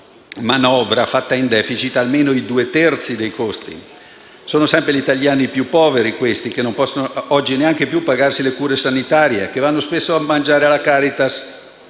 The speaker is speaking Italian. questa manovra fatta in *deficit* pagherà almeno i due terzi dei costi. Sono gli italiani più poveri che non possono più pagare le cure sanitarie, che vanno spesso a mangiare alla Caritas